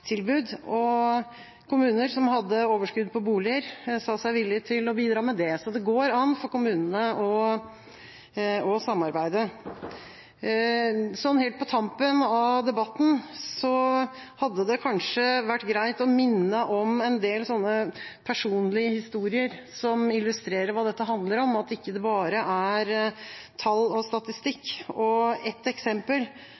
tilbud. Kommuner som hadde overskudd på boliger, sa seg villig til å bidra med det, så det går an for kommunene å samarbeide. Helt på tampen av debatten hadde det kanskje vært greit å minne om en del personlige historier som illustrerer hva dette handler om, at det ikke bare er tall og